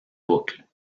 boucle